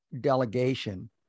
delegation